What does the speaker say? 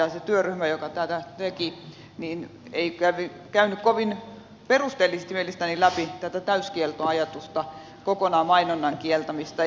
se työryhmä joka tätä teki ei mielestäni käynyt kovin perusteellisesti läpi tätä täyskieltoajatusta mainonnan kieltämistä kokonaan